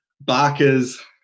Barker's